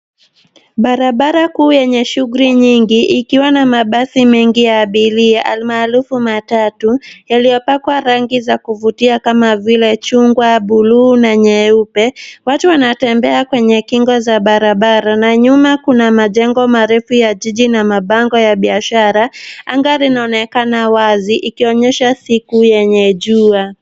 Barabara kuu yenye shughuli nyingi, ikiwa na mabasi mengi ya abiria, almarufu matatu, yaliyopakwa rangi za kuvutia kama vile chungwa, buluu na nyeupe. Watu wantembea kwenye kingo za barabara, na nyuma kuna majengo marefu ya jiji na mabango ya biashara. Anga linaonekana wazi, ikionyesha siku yenye jua.